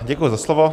Děkuji za slovo.